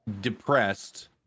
depressed